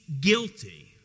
guilty